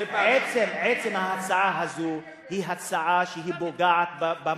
עצם ההצעה הזאת היא הצעה שפוגעת במוסלמים.